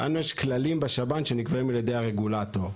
לנו יש כללים בשב"ן שנקבעים על ידי הרגולטור.